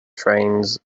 trains